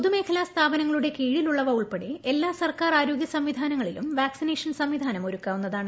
പൊതുമേഖലാ സ്ഥാപനങ്ങളുടെ കീഴിലുള്ളവ ഉൾപ്പെടെ എല്ലാ സർക്കാർ ആരോഗ്യ സംവിധാനങ്ങളിലും വാക്സിനേഷൻ സ്ംവിധാനം ഒരുക്കാവുന്നതാണ്